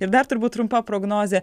ir dar turbūt trumpa prognozė